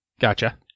Gotcha